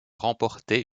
remporté